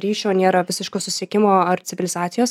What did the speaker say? ryšio nėra visiško susisiekimo ar civilizacijos